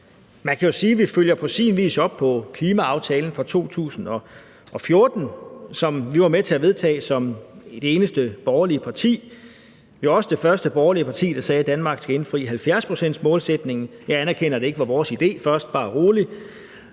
Man kan jo sige, at vi på sin vis følger op på klimaaftalen fra 2014, som vi var med til at vedtage som det eneste borgerlige parti. Vi var også det første borgerlige parti i Danmark, der sagde, at Danmark skal indfri 70-procentsmålsætningen. Jeg anerkender, at det ikke var vores idé først – bare rolig.